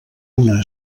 una